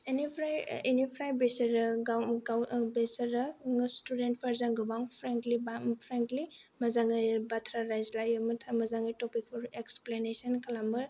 इनिफ्राय इनिफ्राय बिसोरो गाव गाव ओ बिसोरो स्टुडेन्टफोरजों गोबां फ्रेंकलि बा फ्रेंकलि मोजाङै बाथ्रा रायज्लायो मोजाङै टपिकखौ एक्सप्लेनेसन खालामो